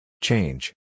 Change